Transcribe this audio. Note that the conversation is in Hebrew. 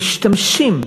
משתמשים,